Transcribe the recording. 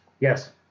Yes